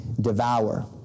devour